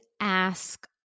ask